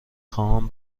خواهم